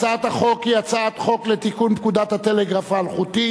הצעת החוק היא הצעת חוק לתיקון פקודת הטלגרף האלחוטי